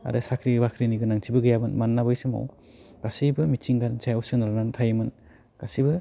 आरो साख्रि बाख्रिनिबो गोनांथि गैयामोन मानोना बै समाव गासैबो मिथिंगानि सायाव सोनारनानै थायोमोन गासैबो